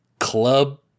Club